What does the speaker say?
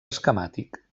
esquemàtic